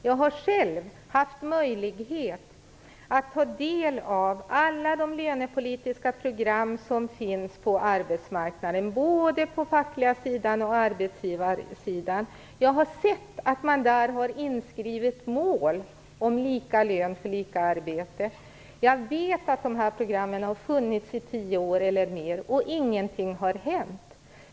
Jag har själv haft möjlighet att ta del av alla de lönepolitiska program som finns på arbetsmarknaden, både på fackliga sidan och på arbetsgivarsidan. Jag har sett att man där har inskrivit mål om lika lön för lika arbete. Jag vet att dessa program har funnits i tio år eller mer och att ingenting har hänt.